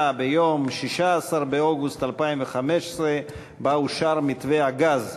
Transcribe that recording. ביום 16 באוגוסט 2015 שבה אושר מתווה הגז.